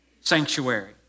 sanctuary